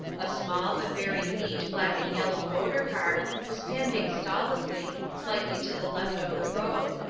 a small but very neat black-and-yellow motor-car was standing stolidly, slightly to the left of the road.